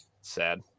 sad